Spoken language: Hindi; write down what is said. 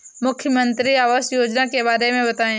मुख्यमंत्री आवास योजना के बारे में बताए?